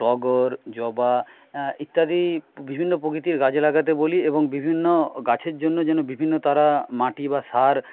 টগর জবা ইত্যাদি বিভিন্ন প্রকৃতির গাছ লাগাতে বলি এবং বিভিন্ন গাছের জন্য যেন বিভিন্ন তারা মাটি বা সার